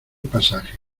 pasaje